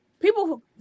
People